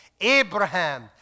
abraham